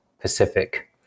Pacific